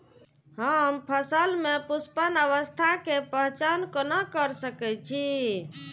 हम फसल में पुष्पन अवस्था के पहचान कोना कर सके छी?